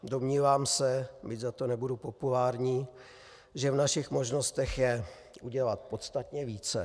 Domnívám se, byť za to nebudu populární, že v našich možnostech je udělat podstatně více.